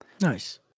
Nice